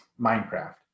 Minecraft